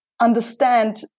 understand